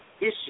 issue